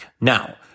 Now